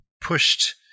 pushed